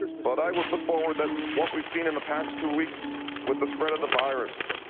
but i would put forward that what we've seen in the past two weeks with the spread of the virus,